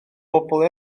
bobl